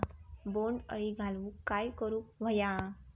बोंड अळी घालवूक काय करू व्हया?